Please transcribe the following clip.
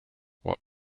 what